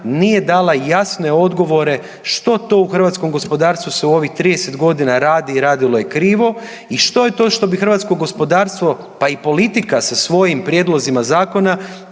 nije dala jasne odgovore što to u hrvatskom gospodarstvu se u ovih 30 godina radi i radilo krivo i što je to što bi hrvatsko gospodarstvo, pa i politika sa svojim prijedlozima zakona